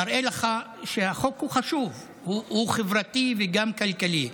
זה מראה לך שהחוק הוא חשוב, הוא חברתי וגם כלכלי,